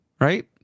Right